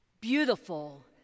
Beautiful